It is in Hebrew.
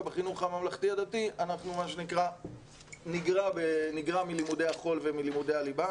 בחינוך הממלכתי דתי נגרע מלימודי החול ולימודי הליבה.